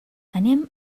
anem